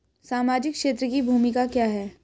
सामाजिक क्षेत्र की भूमिका क्या है?